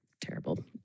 terrible